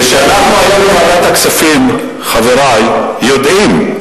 כשאנחנו היום בוועדת הכספים, חברי, יודעים: